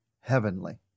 heavenly